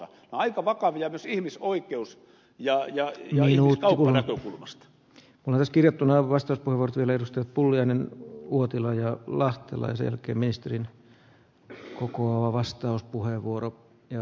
nämä ovat aika vakavia asioita myös ihmisoikeus ja ihmiskauppanäkökulmasta laskettuna vasta arvostelemasta pulliainen uotila ja lahtelaiselle kilminsterin myy pukua vastauspuheenvuoro ja